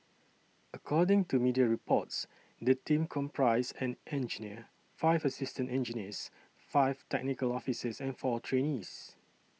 according to media reports the team comprised an engineer five assistant engineers five technical officers and four trainees